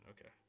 okay